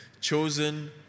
Chosen